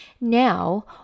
Now